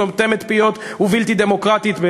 סותמת פיות ובלתי דמוקרטיות,